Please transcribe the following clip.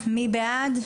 להצבעה, מי בעד?